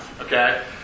Okay